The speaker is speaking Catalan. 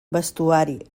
vestuari